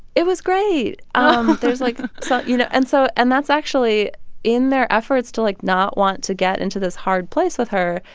it was great um there's like so you know, and so and that's actually in their efforts to, like, not want to get into this hard place with her,